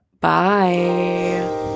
bye